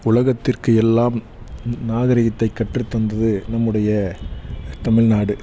உலகத்திற்கு எல்லாம் ம் நாகரீகத்தை கற்றுத் தந்தது நம்முடைய தமிழ்நாடு